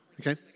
Okay